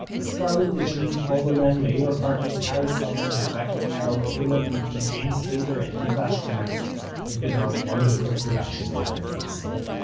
scarlett de jean, pola lem, yeah yair farkas, harry sultan, rebecca carrol, kayla levy, james feder and niva ashkenazi have been our wonderful production interns this year.